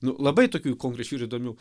nu labai tokių konkrečių ir įdomių